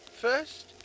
First